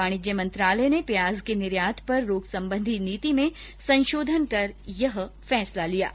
वाणिज्य मंत्रालय ने प्याज के निर्यात पर रोक संबंधी नीति में संशोधन कर यह फैसला लिया है